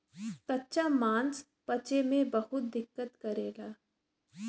कच्चा मांस पचे में बहुत दिक्कत करेला